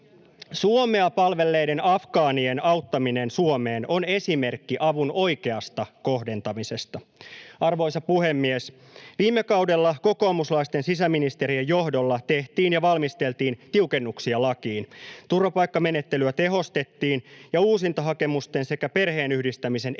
Suomea palvelleiden afgaanien auttaminen Suomeen on esimerkki avun oikeasta kohdentamisesta. Arvoisa puhemies! Viime kaudella kokoomuslaisten sisäministerien johdolla tehtiin ja valmisteltiin tiukennuksia lakiin. Turvapaikkamenettelyä tehostettiin, ja uusintahakemusten sekä perheenyhdistämisen ehtoja